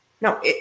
no